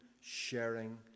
sharing